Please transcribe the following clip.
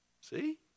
see